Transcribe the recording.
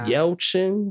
Yelchin